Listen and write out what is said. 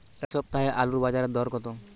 এ সপ্তাহে আলুর বাজারে দর কত?